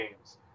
games